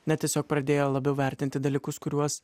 ne tiesiog pradėjo labiau vertinti dalykus kuriuos